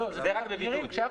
זה רק בבידוד.